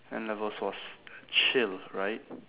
N levels was chill right